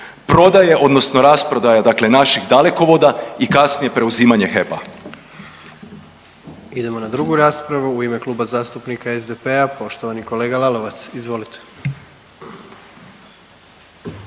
prodaje odnosno rasprodaje dakle naših dalekovoda i kasnije preuzimanje HEP-a. **Jandroković, Gordan (HDZ)** Idemo na drugu raspravu, u ime Kluba zastupnika SDP-a poštovani kolega Lalovac, izvolite.